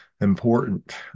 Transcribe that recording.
important